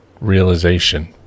realization